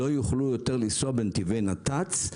לא יוכלו יותר לנסוע בנתיבי נת"צ.